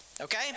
okay